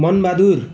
मन बहादुर